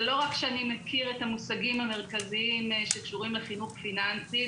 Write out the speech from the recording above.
זה לא רק שאני מכיר את המושגים המרכזיים שקשורים לחינוך פיננסי,